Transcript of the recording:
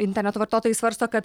interneto vartotojai svarsto kad